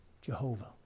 Jehovah